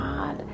God